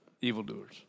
evildoers